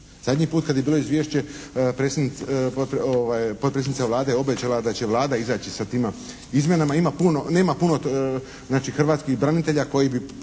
Zadnji put kad je bilo izvješće potpredsjednica Vlade je obećala da će Vlada izaći sa tima izmjenama. Nema puno znači hrvatskih branitelja koji bi